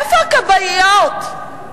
איפה הכבאיות?